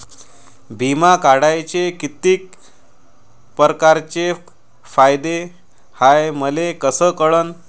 बिमा काढाचे कितीक परकारचे फायदे हाय मले कस कळन?